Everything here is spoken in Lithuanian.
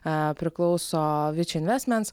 ee priklauso viči investments